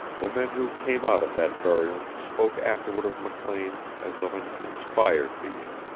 the men who came out of that burial spoke afterward of mclean as of an inspired being.